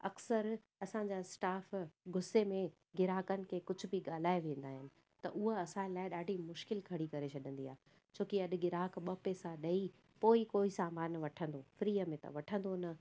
अक्सर असांजा स्टाफ गुसे में ग्राहकनि खे कुझु बि ॻाल्हाए वेंदा आहिनि त हूअ असां लाइ ॾाढी मुश्क़िल खड़ी करे छॾंदी आहे छोकी अॼु ग्राहक ॿ पेसा ॾेई पोई कोई सामान वठंदो फ्रीअ में त वठंदो न